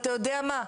אתה יודע מה?